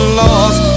lost